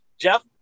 Jeff